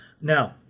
Now